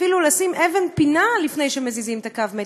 אפילו לשים אבן פינה לפני שמזיזים את קו המתח.